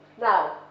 now